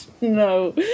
no